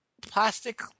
plastic